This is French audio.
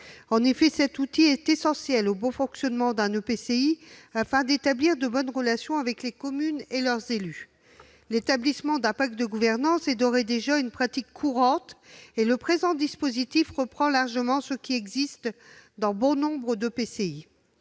est en effet essentiel au bon fonctionnement d'un EPCI. Il permet d'établir des relations satisfaisantes avec les communes et leurs élus. L'établissement d'un pacte de gouvernance est, d'ores et déjà, une pratique courante, et le présent dispositif reprend largement ce qui existe dans nombre d'EPCI.